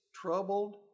troubled